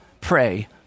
pray